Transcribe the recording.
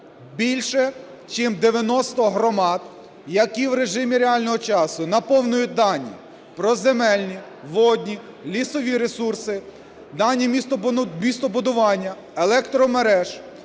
більше чим 90 громад, які в режимі реального часу наповнюють дані про земельні, водні, лісові ресурси, дані містобудування, електромереж.